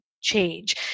change